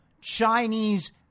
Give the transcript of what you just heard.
Chinese